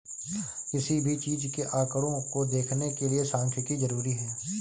किसी भी चीज के आंकडों को देखने के लिये सांख्यिकी जरूरी हैं